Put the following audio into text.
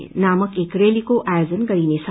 नामक एक रैलीको आयोजन गरिनेछ